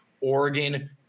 Oregon –